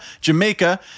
Jamaica